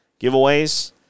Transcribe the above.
giveaways